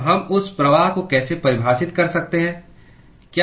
तो हम इस प्रवाह को कैसे परिभाषित कर सकते हैं